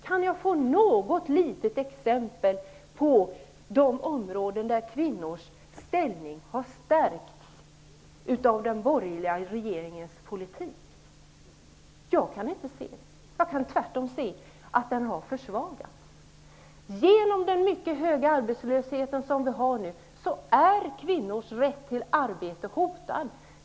Kan jag få något litet exempel på ett område där kvinnors ställning har stärkts av den borgerliga regeringens politik? Jag kan inte se något sådant område. Jag kan tvärtom se att kvinnornas ställning har försvagats. Genom den mycket höga arbetslöshet som vi nu har är kvinnors rätt till arbete hotad.